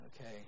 Okay